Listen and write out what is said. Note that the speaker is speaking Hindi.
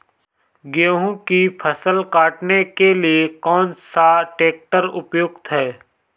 गेहूँ की फसल काटने के लिए कौन सा ट्रैक्टर उपयुक्त है?